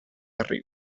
arriba